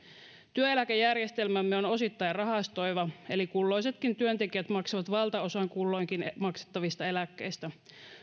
työeläkejärjestelmämme on osittain rahastoiva eli kulloisetkin työntekijät maksavat valtaosan kulloinkin maksettavista eläkkeistä